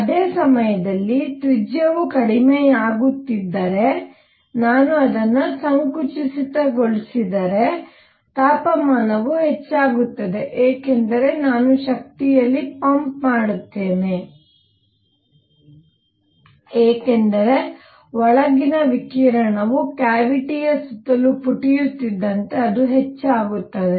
ಅದೇ ಸಮಯದಲ್ಲಿ ತ್ರಿಜ್ಯವು ಕಡಿಮೆಯಾಗುತ್ತಿದ್ದರೆ ನಾನು ಅದನ್ನು ಸಂಕುಚಿತಗೊಳಿಸಿದರೆ ತಾಪಮಾನವು ಹೆಚ್ಚಾಗುತ್ತದೆ ಏಕೆಂದರೆ ನಾನು ಶಕ್ತಿಯಲ್ಲಿ ಪಂಪ್ ಮಾಡುತ್ತೇನೆ ಏಕೆಂದರೆ ಒಳಗಿನ ವಿಕಿರಣವು ಕ್ಯಾವಿಟಿ ಯ ಸುತ್ತಲೂ ಪುಟಿಯುತ್ತಿದ್ದಂತೆ ಅದು ಹೆಚ್ಚಾಗುತ್ತದೆ